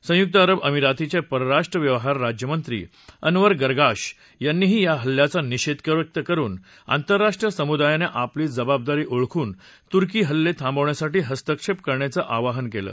संयुक्त अरब अमिरातचे परराष्ट्र व्यवहार राज्यमंत्री अनवर गर्गाश यांनीही या हल्ल्याचा नि षेध व्यक्त करुन आंतरराष्ट्रीय समुदायाने आपली जबाबदारी ओळखून तुर्कीहल्ले थांबवण्यासाठी हस्तक्षेप करण्याचे आवाहन केले